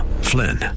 Flynn